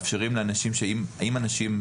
אם אנשים,